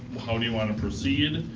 how do you want to proceed?